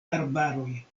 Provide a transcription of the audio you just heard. arbaroj